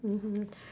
mmhmm